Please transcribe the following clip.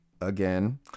again